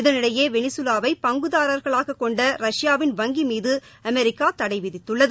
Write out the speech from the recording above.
இதனிடையே வெனிசுலாவை பங்குதாரர்களாக கொண்ட ரஷ்யாவின் வங்கி மீது அமெரிக்கா தளட விதித்துள்ளது